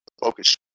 focus